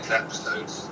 episodes